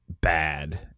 bad